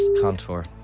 contour